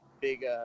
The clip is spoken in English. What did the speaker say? big